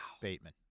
Bateman